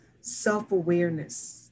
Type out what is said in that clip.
self-awareness